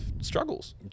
struggles